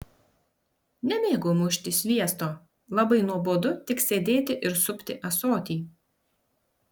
nemėgau mušti sviesto labai nuobodu tik sėdėti ir supti ąsotį